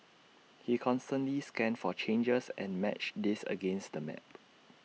he constantly scanned for changes and matched these against the map